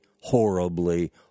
horribly